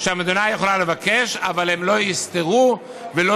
שהמדינה יכולה לבקש" אבל הן לא יסתרו ולא